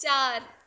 ਚਾਰ